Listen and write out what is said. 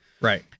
Right